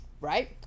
right